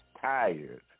tired